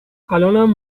الانم